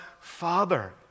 Father